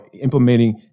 implementing